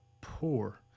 poor